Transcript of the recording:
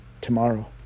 tomorrow